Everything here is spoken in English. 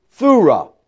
thura